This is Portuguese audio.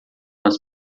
nas